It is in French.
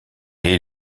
est